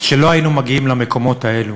שלא היינו מגיעים למקומות האלה,